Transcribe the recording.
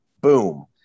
boom